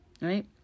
right